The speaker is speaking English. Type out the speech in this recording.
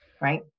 right